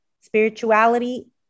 Spirituality